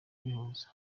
kubihuza